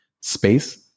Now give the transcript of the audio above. space